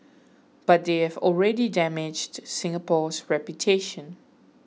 but they have already damaged Singapore's reputation